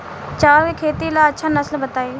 चावल के खेती ला अच्छा नस्ल बताई?